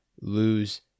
lose